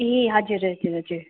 ए हजुर हजुर हजुर